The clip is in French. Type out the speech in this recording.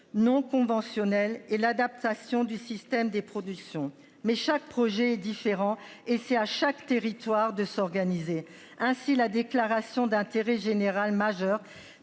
non conventionnelles et l'adaptation du système des productions mais chaque projet différent et c'est à chaque territoire de s'organiser ainsi la déclaration d'intérêt général majeur